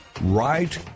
Right